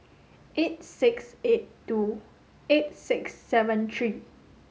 eight six eight two eight six seven three